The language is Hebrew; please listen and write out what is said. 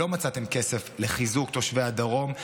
לא מצאתם כסף לחיזוק תושבי הדרום,